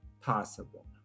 possible